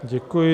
Děkuji.